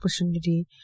opportunity